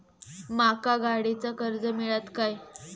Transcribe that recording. माका गाडीचा कर्ज मिळात काय?